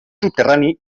subterrani